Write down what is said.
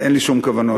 אין לי שום כוונות כאלה.